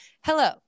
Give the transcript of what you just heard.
Hello